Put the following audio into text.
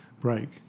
break